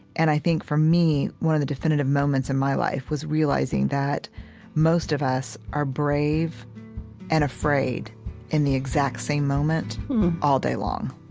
and i think for me, one of the definitive moments in my life was realizing that most of us are brave and afraid in the exact same moment all day long